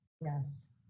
Yes